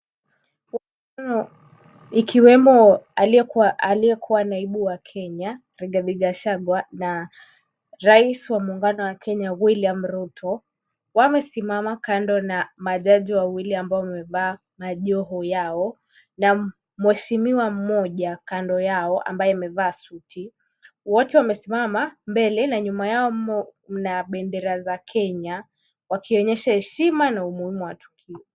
Humu ikiwemo aliyekuwa naibu wa Kenya Rigathi Gachagua na rais wa muungano wa Kenya William Ruto wamesimama kando na majaji wawili ambao wamevaa majoho yao na mheshimiwa mmoja kando yao amevaa suti. Wote wamesimama mbele na nyuma yao mna bendera za Kenya wakionyesha heshima na umuhimu wa tukio.